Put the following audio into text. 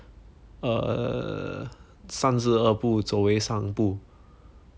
err 三十二步走为上步